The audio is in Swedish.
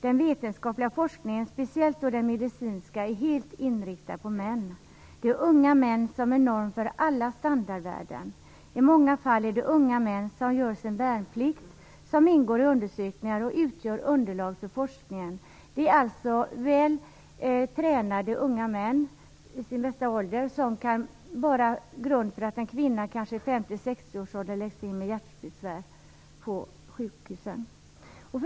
Den vetenskapliga forskningen, speciellt den medicinska, är helt inriktad på män. Det är unga män som är norm för alla standardvärden. I många fall är det unga män som gör sin värnplikt som ingår i undersökningar och utgör underlag för forskningen. Det är alltså vältränade unga män i sin bästa ålder som kan vara grunden för hur en kvinna i 50-60-årsåldern behandlas när hon läggs in på sjukhus för hjärtbesvär.